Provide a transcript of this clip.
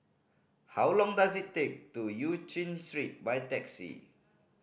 how long does it take to Eu Chin Street by taxi